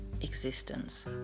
existence